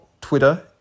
Twitter